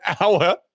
hour